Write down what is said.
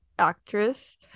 actress